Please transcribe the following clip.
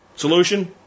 Solution